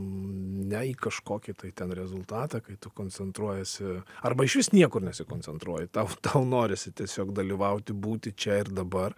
ne į kažkokį tai ten rezultatą kai tu koncentruojiesi arba išvis niekur nesikoncentruoji tau tau norisi tiesiog dalyvauti būti čia ir dabar